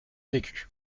vécu